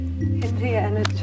Indiana